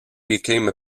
became